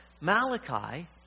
Malachi